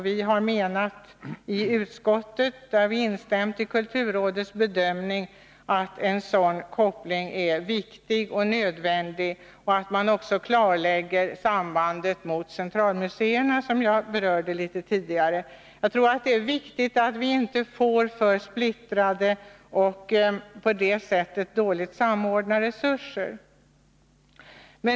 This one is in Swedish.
Vi menar i utskottet, när vi instämmer i kulturrådets bedömning, att en sådan koppling är viktig och nödvändig och att man också måste klarlägga sambandet med centralmuseerna, som jag berörde tidigare. Jag tror att det är viktigt att vi inte får för splittrade och på det sättet dåligt samordnade resurser.